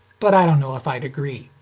but i don't know if i'd agree.